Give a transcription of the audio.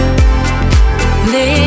Live